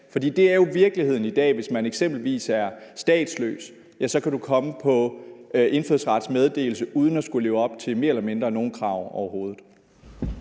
For det er jo virkeligheden i dag. Hvis man eksempelvis er statsløs, kan man komme på indfødsretsmeddelelsen mere eller mindre uden at skulle leve op til nogen krav overhovedet.